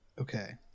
Okay